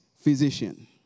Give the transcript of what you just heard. physician